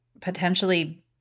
potentially